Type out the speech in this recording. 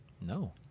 No